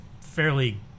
fairly